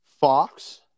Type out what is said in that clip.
Fox